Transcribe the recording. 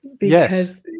Yes